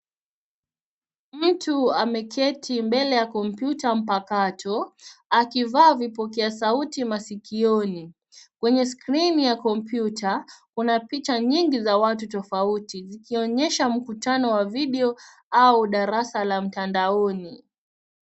Mtu ameketi mbele ya kompyuta mpakato akivaa vipokea sauti masikioni. Kwenye skrini ya kompyuta kuna picha nyingi za watu tofauti, zikionyesha mkutano wa video au darasa la mtandaoni.